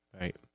Right